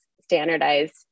standardized